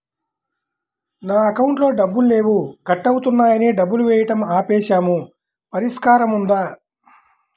నా అకౌంట్లో డబ్బులు లేవు కట్ అవుతున్నాయని డబ్బులు వేయటం ఆపేసాము పరిష్కారం ఉందా?